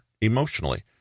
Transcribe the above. emotionally